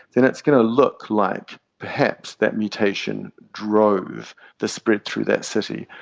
then it's going to look like perhaps that mutation drove the spread through that city,